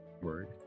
word